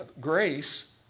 grace